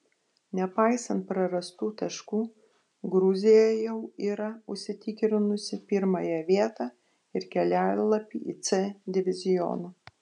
nepaisant prarastų taškų gruzija jau yra užsitikrinusi pirmąją vietą ir kelialapį į c divizioną